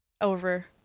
over